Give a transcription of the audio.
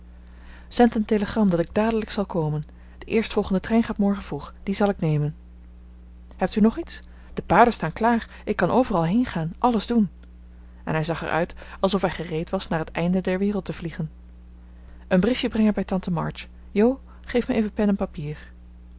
zend een telegram dat ik dadelijk zal komen de eerstvolgende trein gaat morgen vroeg dien zal ik nemen hebt u nog iets de paarden staan klaar ik kan overal heengaan alles doen en hij zag er uit alsof hij gereed was naar het einde der wereld te vliegen een briefje brengen bij tante march jo geef me even pen en papier